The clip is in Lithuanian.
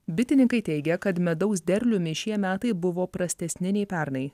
bitininkai teigia kad medaus derliumi šie metai buvo prastesni nei pernai